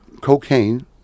cocaine